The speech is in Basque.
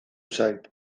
zait